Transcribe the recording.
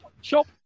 shop